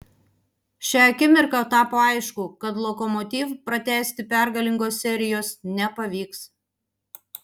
šią akimirką tapo aišku kad lokomotiv pratęsti pergalingos serijos nepavyks